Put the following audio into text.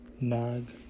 Nag